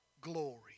glory